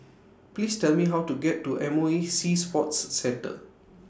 Please Tell Me How to get to M O E Sea Sports Centre